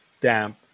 damp